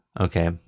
okay